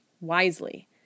wisely